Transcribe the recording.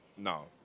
No